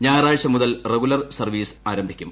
ഞായറാഴ്ച മുതൽ regular service ആരംഭിക്കും